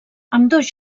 ambdós